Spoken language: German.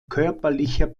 körperlicher